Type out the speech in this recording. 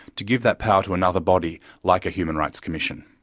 to give that power to another body, like a human rights commission.